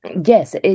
yes